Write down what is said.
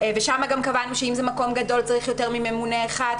ושם גם קבענו שאם זה מקום גדול צריך יותר מממונה אחד.